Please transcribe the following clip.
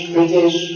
British